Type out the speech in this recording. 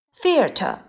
theater